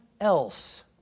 else